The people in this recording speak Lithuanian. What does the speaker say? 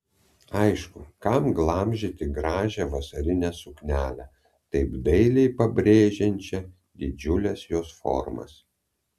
aišku kam glamžyti gražią vasarinę suknelę taip dailiai pabrėžiančią didžiules jos formas